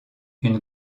une